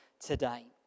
today